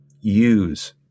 use